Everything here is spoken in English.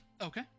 Okay